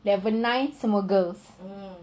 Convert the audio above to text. level nine semua girls